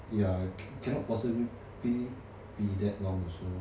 ya cannot possibly be that long also